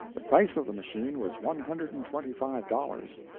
the price of the machine was one hundred and twenty-five dollars.